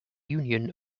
union